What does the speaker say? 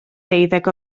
deuddeg